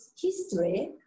history